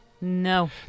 no